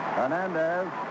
Hernandez